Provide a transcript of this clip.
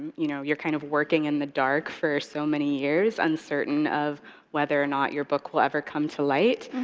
you know you're kind of working in the dark for so many years, uncertain of whether or not your book will ever come to light.